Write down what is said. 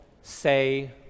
say